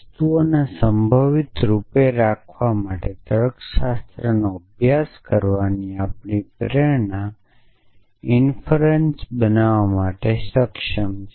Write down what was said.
વસ્તુઓને સંભવિત રૂપે રાખવા માટે તર્કશાસ્ત્રનો અભ્યાસ કરવાની આપણી પ્રેરણા ઇનફરર્ન્સ બનાવવા માટે સક્ષમ છે